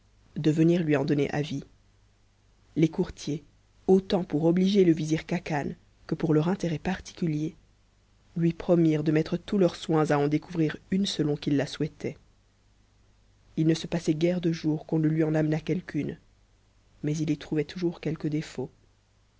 de venir lui en donner avis les courtiers autant pour obliger le vizir khacan que pour leur intérêt particulier lui promirent de mettre tous leurs soins à en découvrir une selon qu'il la souhaitait il ne se passait guère de jours qu'on ne lui en amenât quelqu'une mais il y trouvait toujours quelque défaut